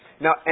Now